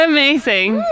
Amazing